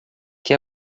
que